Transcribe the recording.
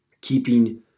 keeping